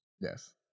yes